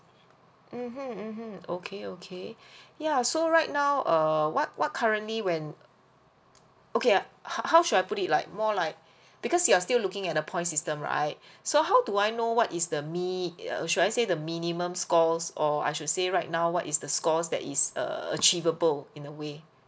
mmhmm mmhmm okay okay yeah so right now err what what currently when okay ah how how should I put it like more like because you are still looking at the point system right so how do I know what is the mi~ err should I say the minimum scores or I should say right now what is the scores that is err achievable in a way